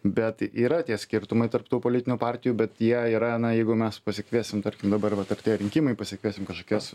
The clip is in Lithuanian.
bet yra tie skirtumai tarp tų politinių partijų bet jie yra na jeigu mes pasikviesim tarkim dabar vat artėja rinkimai pasikviesim kažkokias